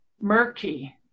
murky